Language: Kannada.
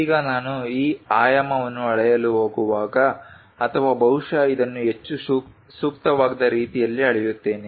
ಈಗ ನಾನು ಈ ಆಯಾಮವನ್ನು ಅಳೆಯಲು ಹೋಗುವಾಗ ಅಥವಾ ಬಹುಶಃ ಇದನ್ನು ಹೆಚ್ಚು ಸೂಕ್ತವಾದ ರೀತಿಯಲ್ಲಿ ಅಳೆಯುತ್ತೇನೆ